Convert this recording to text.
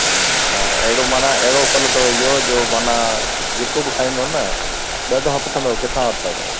हूं ऐं अहिड़ो मन अहिड़ो फ़ल अथव इहो जो मन जेको बि खाईंदो न ॾह दफ़ा पुछंदव किथां वरितव